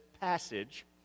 passage